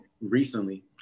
recently